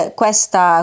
questa